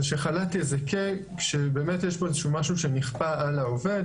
שחל"ת יזכה כשבאמת יש פה איזשהו משהו שנכפה על העובד,